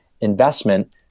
investment